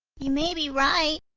you may be right,